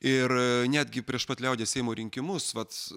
ir netgi prieš pat liaudies seimo rinkimus vat